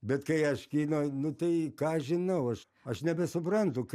bet kai aš kino nu tai ką žinau aš aš nebesuprantu kai